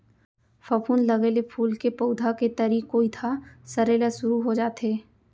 फफूंद लगे ले फूल के पउधा के तरी कोइत ह सरे ल सुरू हो जाथे